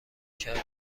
کردی